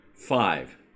Five